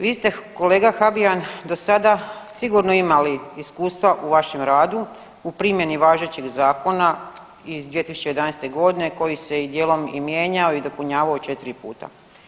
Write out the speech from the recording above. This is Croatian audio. Vi ste kolega Habijan do sada sigurno imali iskustva u vašem radu u primjeni važećeg Zakona iz 2011.godine koji se i dijelom i mijenjao i dopunjavao četiri puta.